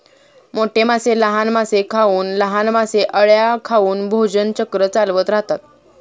मोठे मासे लहान मासे खाऊन, लहान मासे अळ्या खाऊन भोजन चक्र चालवत राहतात